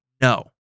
No